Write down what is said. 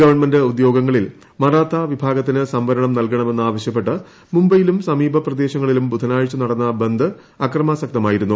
government ഉദ്യോഗങ്ങളിൽ മറാത്ത വിഭാഗത്തിന് സംവരണം നൽകണമെന്ന് ആവശ്യപ്പെട്ട് മുംബൈയിലും സമീപ പ്രദേശങ്ങളിലും ബുധനാഴ്ച നടന്ന ബന്ദ് അക്രമാസക്തമായിരുന്നു